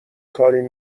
کاری